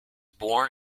born